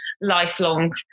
lifelong